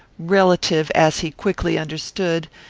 relative, as he quickly understood,